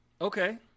Okay